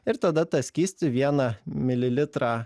ir tada tą skystį vieną mililitrą